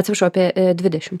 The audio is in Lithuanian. atsiprašau apie i dvudešim